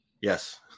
yes